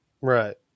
right